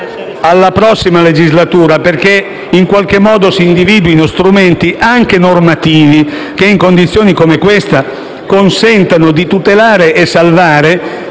alla prossima legislatura, perché in qualche modo si individuino strumenti anche normativi che, in condizioni come questa, consentano di tutelare e salvare